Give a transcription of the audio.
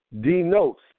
denotes